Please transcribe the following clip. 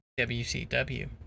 WCW